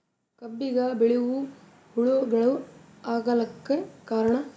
ಕಬ್ಬಿಗ ಬಿಳಿವು ಹುಳಾಗಳು ಆಗಲಕ್ಕ ಕಾರಣ?